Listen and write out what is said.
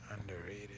Underrated